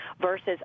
versus